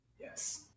Yes